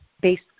based